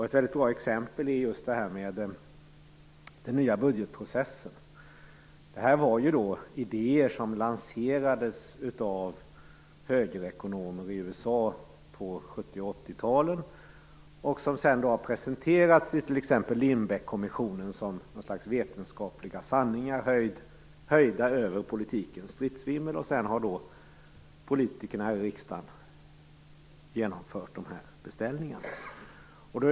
Ett väldigt bra exempel på det är den nya budgetprocessen. Den bygger på idéer som lanserades av högerekonomer i USA på 70 och 80-talen och som sedan presenterats i t.ex. Lindbeckkommissionen som något slags vetenskapliga sanningar, höjda över politikens stridsvimmel. Sedan har politikerna i riksdagen genomfört beställningarna.